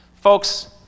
Folks